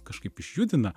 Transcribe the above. kažkaip išjudina